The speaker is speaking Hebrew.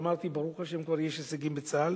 ואמרתי: ברוך השם, כבר יש הישגים בצה"ל.